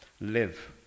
live